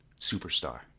Superstar